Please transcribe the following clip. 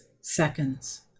seconds